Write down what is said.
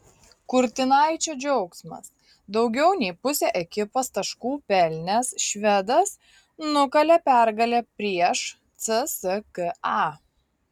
kurtinaičio džiaugsmas daugiau nei pusę ekipos taškų pelnęs švedas nukalė pergalę prieš cska